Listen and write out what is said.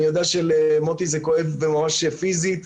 אני יודע שלמוטי זה כואב ממש פיסית.